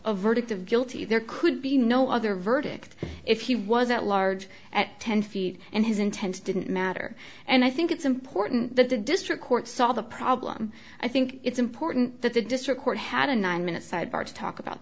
a verdict of guilty there could be no other verdict if he was at large at ten feet and his intense didn't matter and i think it's important that the district court saw the problem i think it's important that the district court had a nine minute sidebar to talk about